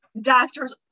doctors